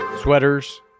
Sweaters